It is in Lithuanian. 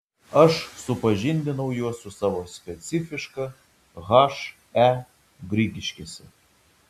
aš supažindinau juos su savo specifiška he grigiškėse